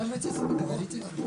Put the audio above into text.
מתורגמים סימולטנית מרוסית)